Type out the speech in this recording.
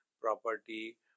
property